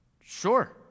sure